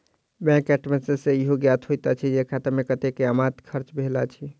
bank statement सॅ ईहो ज्ञात होइत अछि जे खाता मे कतेक के आमद खर्च भेल अछि